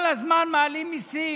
כל הזמן מעלים מיסים.